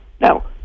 Now